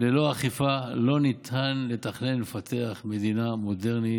ללא אכיפה לא ניתן לתכנן ולפתח מדינה מודרנית,